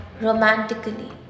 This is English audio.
romantically